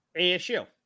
ASU